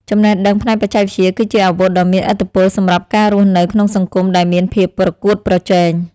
ចំណេះដឹងផ្នែកបច្ចេកវិទ្យា គឺជាអាវុធដ៏មានឥទ្ធិពលសម្រាប់ការរស់នៅក្នុងសង្គមដែលមានភាពប្រកួតប្រជែង។